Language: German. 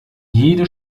jede